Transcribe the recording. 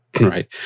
Right